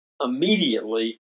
immediately